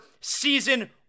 Season